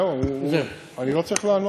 זהו, אני לא צריך לענות יותר?